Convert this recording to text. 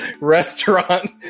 restaurant